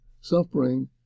suffering